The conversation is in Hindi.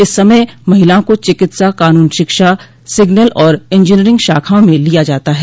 इस समय महिलाओं को चिकित्सा कानून शिक्षा सिग्नेल और इंजीनियरिंग शाखाओं में लिया जाता है